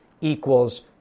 equals